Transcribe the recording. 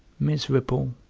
miserable,